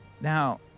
Now